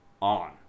on